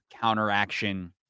counter-action